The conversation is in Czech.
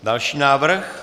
Další návrh?